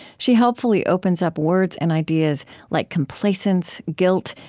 she helpfully opens up words and ideas like complacence, guilt,